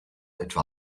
etwa